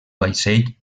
vaixell